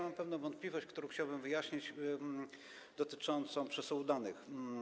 Mam pewną wątpliwość, którą chciałbym wyjaśnić, dotyczącą przesyłu danych.